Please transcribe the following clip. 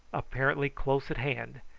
apparently close at hand,